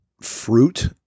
fruit